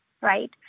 right